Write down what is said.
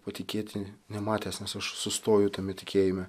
patikėti nematęs nes aš sustoju tame tikėjime